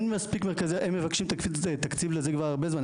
הם מבקשים תקציב לזה הרבה זמן,